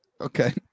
okay